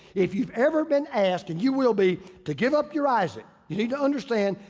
if you've ever been asked and you will be, to give up your isaac. you need to understand,